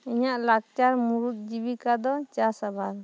ᱤᱧᱟᱹᱜ ᱞᱟᱠᱪᱟᱨ ᱢᱩᱨᱚᱫ ᱡᱤᱵᱤᱠᱟ ᱫᱚ ᱪᱟᱥᱟᱵᱟᱥ